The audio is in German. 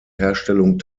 herstellung